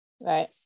Right